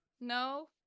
No